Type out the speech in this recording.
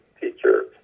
teacher